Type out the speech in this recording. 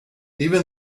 even